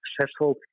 successful